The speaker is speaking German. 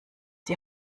die